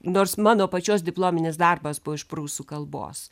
nors mano pačios diplominis darbas buvo iš prūsų kalbos